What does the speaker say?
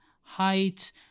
height